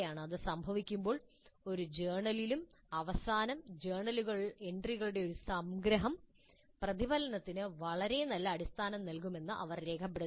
അത് സംഭവിക്കുമ്പോൾ ഒരു ജേർണലിലും അവസാനം ജേർണൽ എൻട്രികളുടെ ഒരു സംഗ്രഹം പ്രതിഫലനത്തിന് വളരെ നല്ല അടിസ്ഥാനം നൽകുമെന്ന് അവർ രേഖപ്പെടുത്തുന്നു